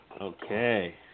Okay